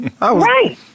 Right